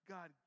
God